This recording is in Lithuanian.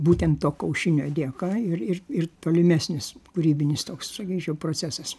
būtent to kaušinio dėka ir ir ir tolimesnis kūrybinis toks sakyčiau procesas